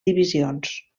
divisions